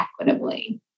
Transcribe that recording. equitably